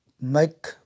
make